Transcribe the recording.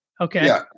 okay